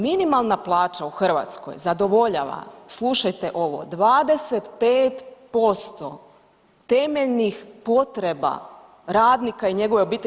Minimalna plaća u Hrvatskoj zadovoljava, slušajte ovo, 25% temeljnih potreba radnika i njegove obitelji.